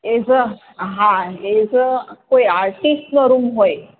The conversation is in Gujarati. એઝ અ હા એઝ અ કોઈ આર્ટિસ્ટનો રૂમ હોય